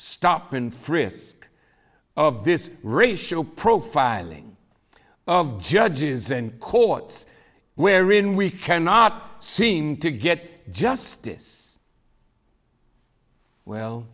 stop and frisk of this racial profiling of judges and courts wherein we cannot seem to get justice well